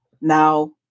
now